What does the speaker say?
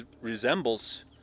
resembles